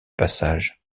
passage